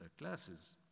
classes